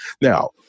Now